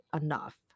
enough